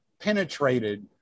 penetrated